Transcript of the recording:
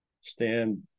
stand